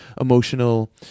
emotional